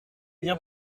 bien